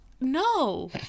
No